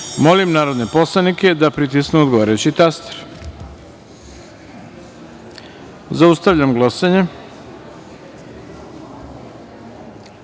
narodne poslanike da pritisnu odgovarajući taster. Zaustavljam glasanje: